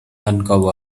uncovered